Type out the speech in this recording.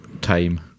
time